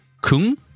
Kung